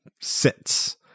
sits